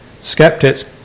Skeptics